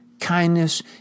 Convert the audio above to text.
kindness